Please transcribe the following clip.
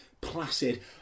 placid